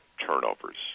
turnovers